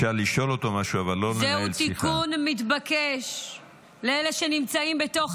זה מאוד מפריע, חברים.